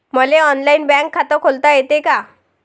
मले online bank खात खोलता येते का?